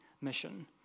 mission